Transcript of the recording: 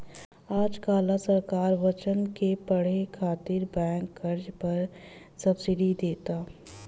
आज काल्ह सरकार बच्चन के पढ़े खातिर बैंक कर्जा पर सब्सिडी देता